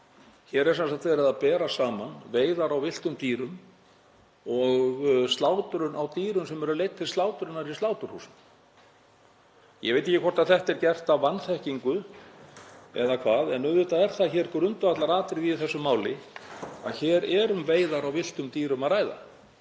Hér er sem sagt verið að bera saman veiðar á villtum dýrum og slátrun á dýrum sem eru leidd til slátrunar í sláturhúsum. Ég veit ekki hvort þetta er gert af vanþekkingu eða hvað. En auðvitað er það grundvallaratriði í þessu máli að hér er um veiðar á villtum dýrum að ræða